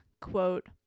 quote